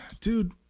Dude